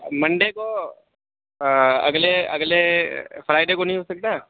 Monday کو اگلے اگلے فرائی ڈے کو نہیں ہو سکتا